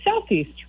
Southeast